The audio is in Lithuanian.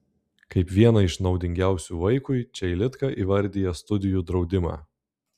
kaip vieną iš naudingiausių vaikui čeilitka įvardija studijų draudimą